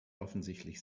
offensichtlich